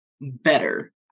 better